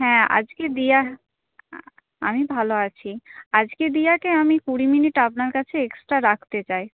হ্যাঁ আজকে দিয়া আমি ভালো আছি আজকে দিয়াকে আমি কুড়ি মিনিট আপনার কাছে এক্সট্রা রাখতে চাই